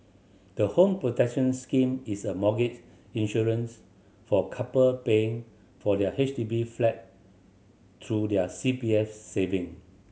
the Home Protection Scheme is a mortgage insurance for couple paying for their H D B flat through their C P F saving